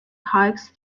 hikes